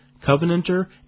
Covenanter